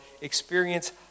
experience